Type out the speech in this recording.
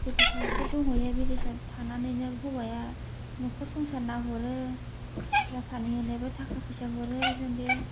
बिदेसआवसो दंहैयो बिदेसआव थानानैनो हौवाया नख'र संसार नाह'रो फुजा फानि होनोबो थाखा फैसा हरो जों बे